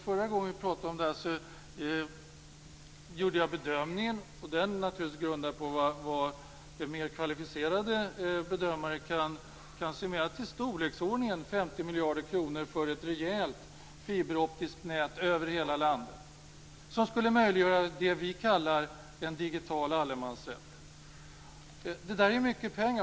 Förra gången vi pratade om det här gjorde jag den bedömningen, som naturligtvis är grundad på mer kvalificerade bedömares uppfattning, att det skulle krävas i storleksordningen 50 miljarder kronor för ett rejält fiberoptiskt nät över hela landet som skulle möjliggöra det som vi kallar en digital allemansrätt. Detta är ju mycket pengar.